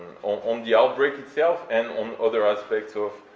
on um the outbreak itself and on other aspects of